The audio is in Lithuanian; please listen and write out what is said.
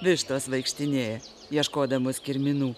vištos vaikštinėja ieškodamos kirminų